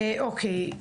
אוקיי.